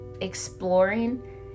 exploring